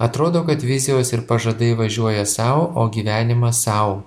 atrodo kad vizijos ir pažadai važiuoja sau o gyvenimas sau